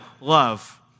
love